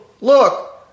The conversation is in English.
look